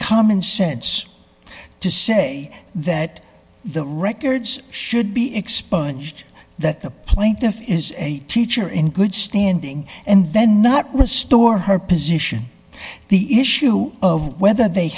common sense to say that the records should be expunged that the plaintiff is a teacher in good standing and then not restore her position the issue of whether they